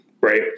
right